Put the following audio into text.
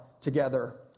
together